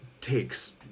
takes